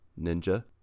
ninja